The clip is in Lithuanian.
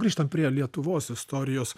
grįžtam prie lietuvos istorijos